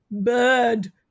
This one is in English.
bird